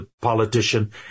politician